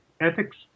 ethics